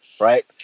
right